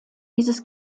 dieses